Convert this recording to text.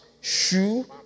shoe